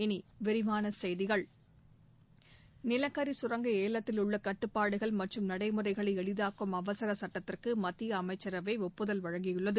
இனி விரிவான செய்திகள் நிலக்கரி சுரங்க ஏலத்தில் உள்ள கட்டுப்பாடுகள் மற்றும் நடைமுறைகளை எளிதாக்கும் அவசர சுட்டத்திற்கு மத்திய அமைச்சரவை ஒப்புதல் வழங்கியுள்ளது